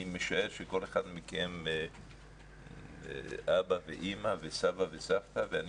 אני משער שכל אחד מכם אבא ואמא וסבא וסבתא ואני